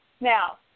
now